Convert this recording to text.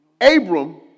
Abram